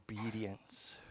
obedience